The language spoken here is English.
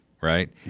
right